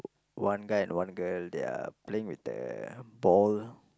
one guy and one girl there are playing with a ball